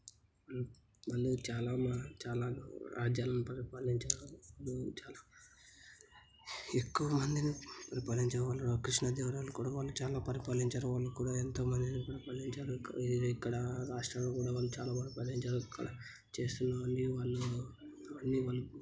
వాళ్ళు చాలా మా చాలా రాజ్యాలను పరిపాలించారు వాళ్ళు చాలా ఎక్కువ మందిని పరిపాలించేవాళ్ళు కృష్ణదేవరాయల కూడా వాళ్ళు చాలా పరపాలించారు వాళ్ళు కూడా ఎంతో మందిని పరిపాలించారు విరిక్కడ రాష్ట్రాలు కూడా వాళ్ళు చాలా పరిపాలించారు చేస్తున్నవన్నీ వాళ్ళు అన్నీ వాళ్